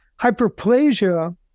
Hyperplasia